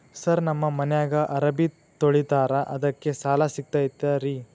Sir ನಮ್ಮ ಮನ್ಯಾಗ ಅರಬಿ ತೊಳಿತಾರ ಅದಕ್ಕೆ ಸಾಲ ಸಿಗತೈತ ರಿ?